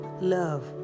love